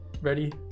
Ready